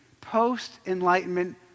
post-enlightenment